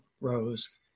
Rose